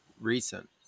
recent